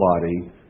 body